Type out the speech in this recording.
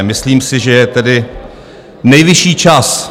Myslím si, že je tedy nejvyšší čas.